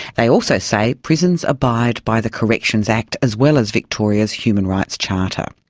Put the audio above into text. they also say prisons abide by the corrections act as well as victoria's human rights charter.